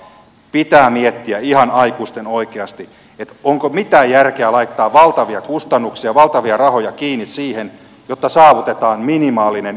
pitää miettiä ihan aikuisten oikeasti että onko mitään järkeä laittaa valtavia kustannuksia valtavia rahoja kiinni siihen että saavutetaan minimaalinen ympäristöhyöty